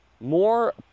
more